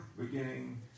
beginning